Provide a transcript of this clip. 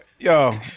Yo